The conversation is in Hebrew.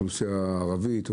אוכלוסייה ערבית?